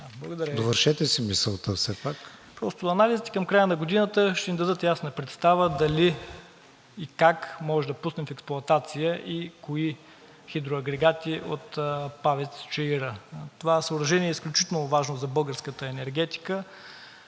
Довършете си мисълта все пак.